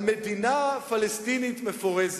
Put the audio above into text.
על מדינה פלסטינית מפורשת,